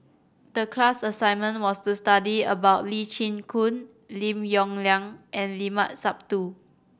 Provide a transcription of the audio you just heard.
the class assignment was to study about Lee Chin Koon Lim Yong Liang and Limat Sabtu